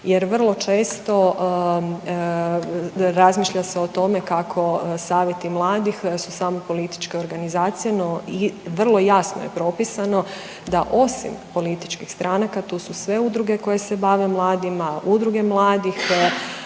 jer vrlo često razmišlja se o tome kako savjeti mladih su samo političke organizacije, no i vrlo jasno je propisano da osim političkih stranaka, tu su sve udruge koje se bave mladima, udruge mladih